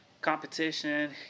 competition